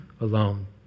alone